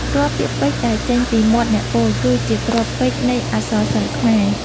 រាល់ពាក្យពេចន៍ដែលចេញពីមាត់អ្នកពោល គឺជាគ្រាប់ពេជ្រនៃអក្សរសិល្ប៍ខ្មែរ។